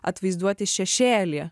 atvaizduoti šešėlį